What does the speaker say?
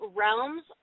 realms